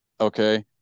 Okay